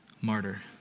martyr